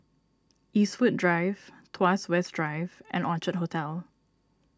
Eastwood Drive Tuas West Drive and Orchard Hotel